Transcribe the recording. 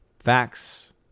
facts